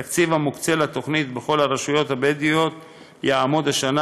התקציב המוקצה לתוכנית בכל הרשויות הבדואיות יהיה השנה